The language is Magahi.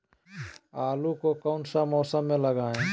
आलू को कौन सा मौसम में लगाए?